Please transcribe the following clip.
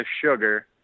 sugar